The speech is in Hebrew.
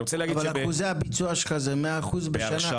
אבל אחוזי הביצוע שלך הם 100% בשנה?